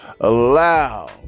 allow